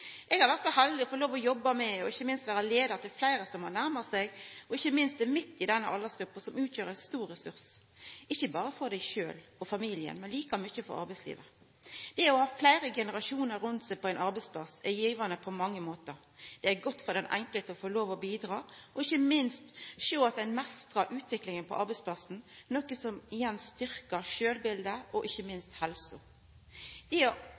Eg har vore så heldig å få jobba med – ikkje minst har eg vore leiar for – fleire som har nærma seg, eller vore midt i, den aldersgruppa som er ein stor ressurs, ein ressurs ikkje berre for seg sjølve og familien, men like mykje for arbeidslivet. Det å ha fleire generasjonar rundt seg på ein arbeidsplass er givande på mange måtar. Det er godt for den enkelte å få lov til å bidra og ikkje minst å sjå at ein meistrar utviklinga på arbeidsplassen, noko som igjen styrkjer sjølvbiletet og helsa. Det nærmast å opptre som mentor for nytilsette yngre er